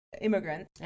immigrant